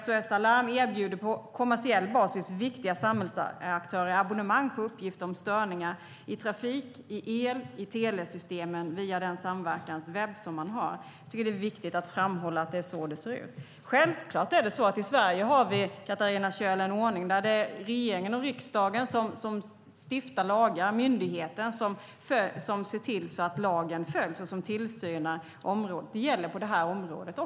SOS Alarm erbjuder på kommersiell basis viktiga samhällsaktörer abonnemang på uppgift om störningar i trafik-, el och telesystemen via den samverkanswebb som finns. Det är viktigt att framhålla att det är så det ser ut. Självklart har vi i Sverige, Katarina Köhler, en ordning där regering och riksdag stiftar lagar och myndigheterna har tillsyn över områdena och ser till att lagarna följs. Det gäller även på det här området.